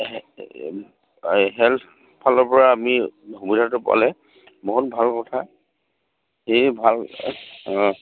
health ফালৰ পৰা আমি সুবিধাটো পালে বহুত ভাল কথা সেই ভাল